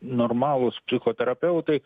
normalūs psichoterapeutai